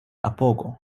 apogo